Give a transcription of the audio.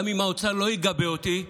גם אם האוצר לא יגבה אותי,